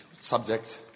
subject